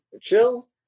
chill